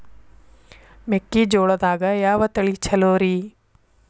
ಮೆಕ್ಕಿಜೋಳದಾಗ ಯಾವ ತಳಿ ಛಲೋರಿ?